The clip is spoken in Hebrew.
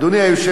אני קודם,